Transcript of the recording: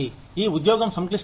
ఈ ఉద్యోగం సంక్లిష్టమైనది